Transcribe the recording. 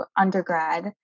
undergrad